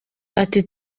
ati